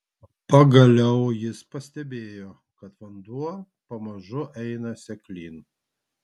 pagaliau jis pastebėjo kad vanduo pamažu eina seklyn